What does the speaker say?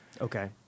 Okay